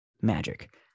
magic